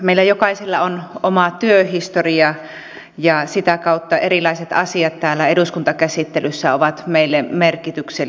meillä jokaisella on oma työhistoria ja sitä kautta erilaiset asiat täällä eduskuntakäsittelyssä ovat meille merkityksellisiä